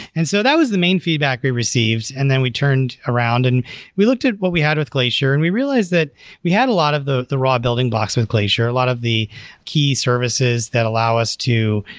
and so that was the main feedback it receives, and then we turned around and we looked at what we had with glacier and we realized that we had a lot of the the raw building blocks with glacier, a lot of the key services that allow us to,